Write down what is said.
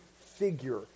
figure